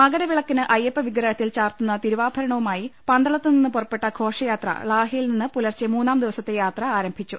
മകരവിളക്കിന് അയ്യപ്പവിഗ്രഹത്തിൽ ചാർത്തുന്ന തിരുവാഭര ണങ്ങളുമായി പന്തളത്തുനിന്ന് പുറപ്പെട്ട ഘോഷയാത്ര ളാഹ യിൽനിന്ന് പുലർച്ചെ മൂന്നാം ദിവസത്തെയാത്ര ആരംഭിച്ചു